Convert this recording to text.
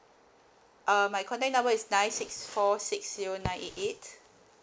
uh my contact number is nine six four six zero nine eight eight